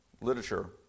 literature